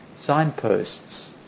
signposts